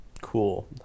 Cool